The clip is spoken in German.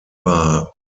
war